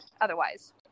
otherwise